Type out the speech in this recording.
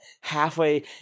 halfway